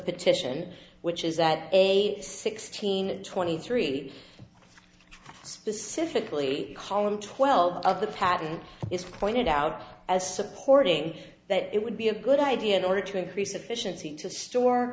petition which is that a sixteen and twenty three specifically column twelve of the patent is pointed out as supporting that it would be a good idea in order to increase efficiency to store